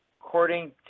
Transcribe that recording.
according